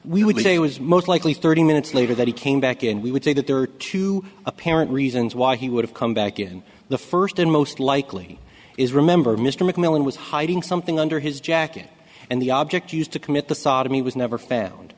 it was most likely thirty minutes later that he came back and we would say that there are two apparent reasons why he would have come back in the first and most likely is remember mr mcmillan was hiding something under his jacket and the object used to commit the sodomy was never found